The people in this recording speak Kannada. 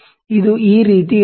ಇದು ಈ ರೀತಿ ಇರಬೇಕು